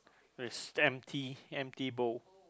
it's empty empty bowl